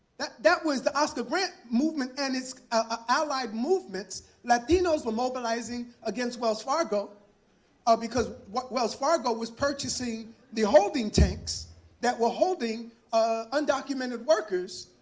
that that was the oscar grant movement and its ah allied movements. latinos were mobilizing against wells fargo ah because what wells fargo was purchasing the holding tanks that were holding undocumented workers